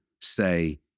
Say